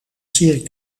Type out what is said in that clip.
cirque